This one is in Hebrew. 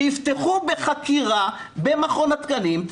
שיפתחו בחקירה במכון התקנים,